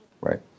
right